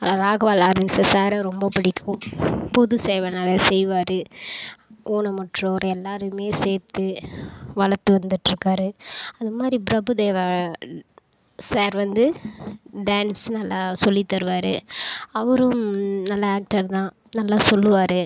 Raghava Lawrence சாரை ரொம்ப பிடிக்கும் பொது சேவை நிறையா செய்வார் ஊனமுற்றோர் எல்லாேருமே சேர்த்து வளர்த்து வந்துகிட்ருக்காரு அது மாதிரி பிரபுதேவா சார் வந்து டான்ஸ் நல்லா சொல்லித்தருவார் அவரும் நல்ல ஆக்டர் தான் நல்லா சொல்லுவார்